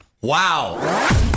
Wow